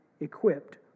equipped